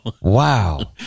Wow